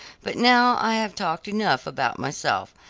but now i have talked enough about myself,